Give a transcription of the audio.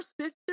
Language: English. sister